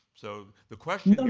so the question